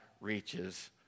reaches